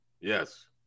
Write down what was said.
Yes